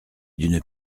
d’une